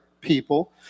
people